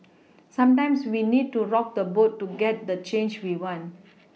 sometimes we need to rock the boat to get the change we want